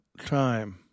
time